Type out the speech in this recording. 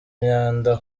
imyanda